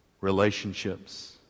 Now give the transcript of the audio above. relationships